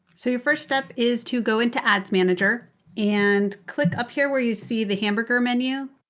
so your first step is to go into ads manager and click up here where you see the hamburger menu.